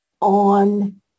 on